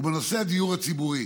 ובנושא הדיור הציבורי,